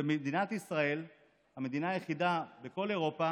שמדינת ישראל היא המדינה היחידה בכל אירופה